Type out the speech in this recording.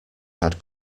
had